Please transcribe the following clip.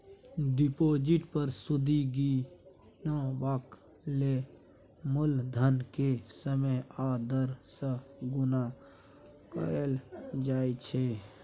deposit पर सुदि गिनबाक लेल मुलधन केँ समय आ दर सँ गुणा कएल जाइ छै